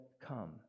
come